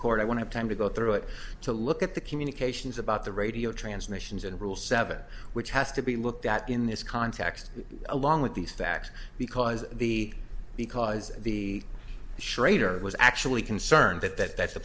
court i want to time to go through it to look at the communications about the radio transmissions and rule seven which has to be looked at in this context along with these facts because the because the schrader was actually concerned that that's th